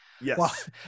Yes